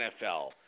NFL